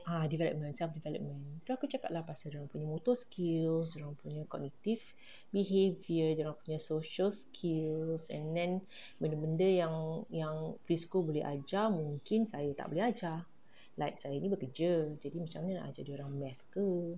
ah development self development tu aku cakap lah pasal dorang punya motor skills dorang punya cognitive behaviour dorang punya social skill and then benda-benda yang yang preschool boleh ajar mungkin saya tak boleh ajar like saya ni bekerja jadi macam mana nak ajar dorang math ke